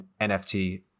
NFT